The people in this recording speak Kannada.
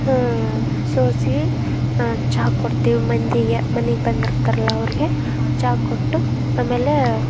ಹ್ಞೂ ಸೋಸೀ ಚಹಾ ಕೊಡ್ತೀವಿ ಮಂದಿಗೆ ಮನೆಗ್ ಬಂದಿರ್ತಾರಲ ಅವ್ರಿಗೆ ಚಹಾ ಕೊಟ್ಟು ಆಮೇಲೇ